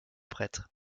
prêtre